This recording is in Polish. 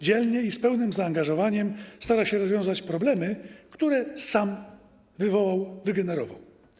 Dzielnie i z pełnym zaangażowaniem stara się rozwiązać problemy, które sam wywołał, wygenerował.